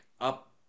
up